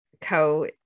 co